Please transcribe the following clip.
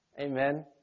Amen